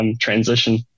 transition